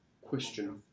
question